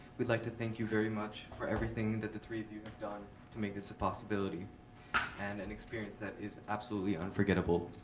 we'd like to thank you very much for everything that the three of you have done to make this a possibility and an experience that is absolutely unforgettable.